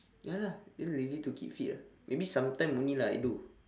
ya lah then lazy to keep fit ah maybe sometime only ah I do